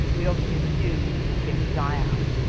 we obviously assumed it would die out.